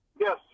Yes